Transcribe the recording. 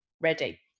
ready